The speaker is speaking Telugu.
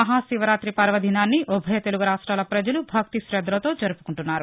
మహాశివరాతి పర్వదినాన్ని ఉభయ తెలుగు రాష్టాల పజలు భక్తి శద్దలతో జరుపుకుంటున్నారు